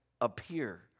appear